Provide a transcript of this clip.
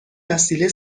وسیله